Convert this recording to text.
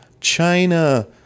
China